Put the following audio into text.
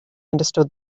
understood